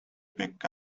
picks